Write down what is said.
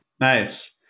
Nice